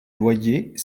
loyers